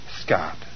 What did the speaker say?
Scott